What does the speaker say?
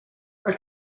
are